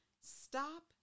Stop